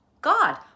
God